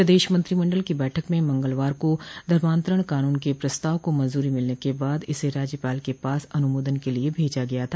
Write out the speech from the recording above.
प्रदेश मंत्रिमंडल की बैठक में मंगलवार को धर्मान्तरण कानून के प्रस्ताव को मंजूरी मिलने के बाद इसे राज्यपाल के पास अनुमोदन के लिये भेजा गया था